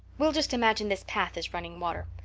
we'll just imagine this path is running water.